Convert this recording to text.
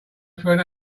through